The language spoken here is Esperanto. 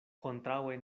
kontraŭe